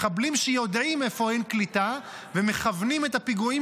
מחבלים שיודעים איפה אין קליטה ומכוונים את הפיגועים